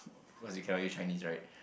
because you cannot use Chinese right